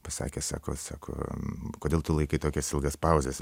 pasakė sako sako kodėl tu laikai tokias ilgas pauzes